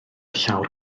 llawr